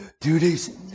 duties